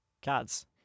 cats